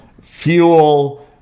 fuel